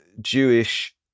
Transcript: Jewish